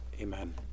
Amen